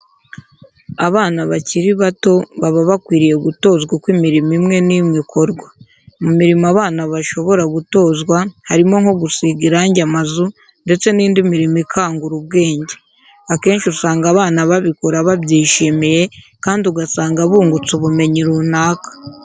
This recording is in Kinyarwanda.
Abana bakiri bato baba bakwiriye gutozwa uko imirimo imwe n'imwe ikorwa. Mu mirimo abana bashobora gutozwa harimo nko gusiga irangi amazu ndetse n'indi mirirmo ikangura ubwenge. Akenshi usanga abana babikora babyishimiye kandi ugasanga bungutse ubumenyi runaka.